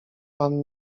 pan